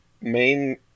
main